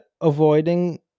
avoiding